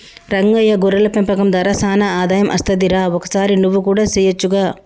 రంగయ్య గొర్రెల పెంపకం దార సానా ఆదాయం అస్తది రా ఒకసారి నువ్వు కూడా సెయొచ్చుగా